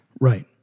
Right